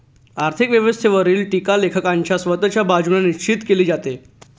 आर्थिक व्यवस्थेवरील टीका लेखकाच्या स्वतःच्या बाजूने निश्चित केली जाते